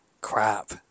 crap